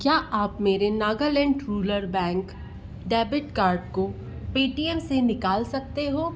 क्या आप मेरे Nagaland rural bank debit card को पेटीएम से निकाल सकते हो